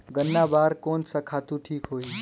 गन्ना बार कोन सा खातु ठीक होही?